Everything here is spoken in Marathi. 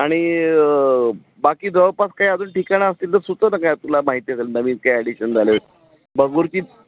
आणि बाकी जवळपास काय अजून ठिकाणं असतील तर सुचव ना काय तुला माहिती असेल ना नवीन काय ॲडिशन झालं भगूरकी